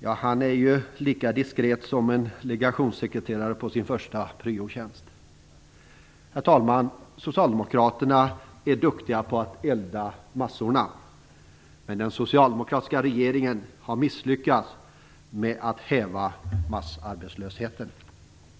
är lika diskret som en legationssekreterare på sin första pryotjänst. Herr talman! Socialdemokraterna är duktiga på att elda massorna. Men den socialdemokratiska regeringen har misslyckats med att häva massarbetslösheten.